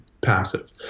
passive